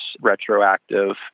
retroactive